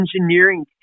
engineering